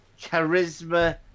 charisma